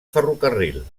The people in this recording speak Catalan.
ferrocarril